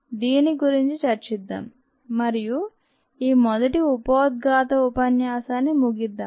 దీని గురించి చర్చిద్దాం మరియు ఈ మొదటి ఉపోద్ఘాత ఉపన్యాసాన్ని ముగిద్దాం